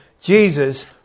Jesus